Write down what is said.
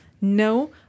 no